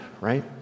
Right